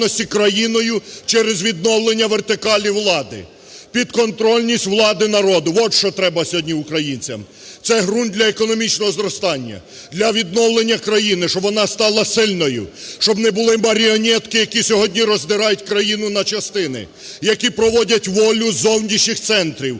підконтрольність влади народу – от що треба сьогодні українцям. Це ґрунт для економічного зростання, для відновлення країни, щоб вона стала сильною, щоб не були маріонетки, які сьогодні роздирають країну на частини, які проводять волю зовнішніх центрів